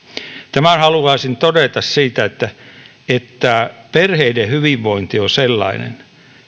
tämän haluaisin todeta siitä että että perheiden hyvinvointi on sellainen